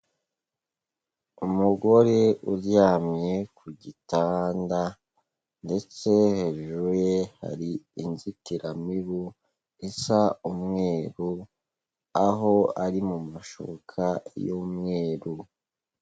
Umugore uryamye ku gitanda ndetse hejuru ye hari inzitiramibu isa umweru, aho ari mu mashuka y'umweru.